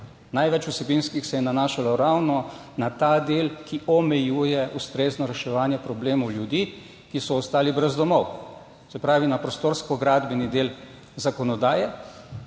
Največ vsebinskih se je nanašalo ravno na ta del, ki omejuje ustrezno reševanje problemov ljudi, ki so ostali brez domov. Se pravi na prostorsko gradbeni del zakonodaje,